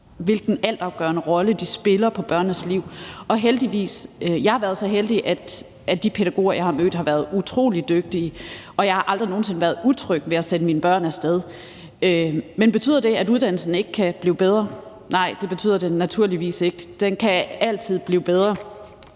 hvilken altafgørende rolle de spiller i børnenes liv. Jeg har været så heldig, at de pædagoger, jeg har mødt, har været utrolig dygtige, og jeg har aldrig nogen sinde været utryg ved at sende mine børn af sted. Men betyder det, at uddannelsen ikke kan blive bedre? Nej, det betyder det naturligvis ikke. Den kan altid blive bedre.